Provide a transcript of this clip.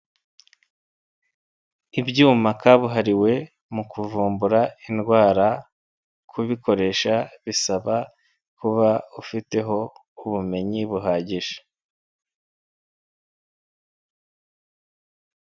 Ibyuma kabuhariwe mu kuvumbura indwara kubikoresha bisaba kuba ufiteho ubumenyi buhagije.